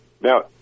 Now